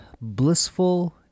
blissful